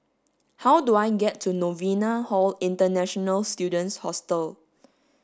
how do I get to Novena Hall International Students Hostel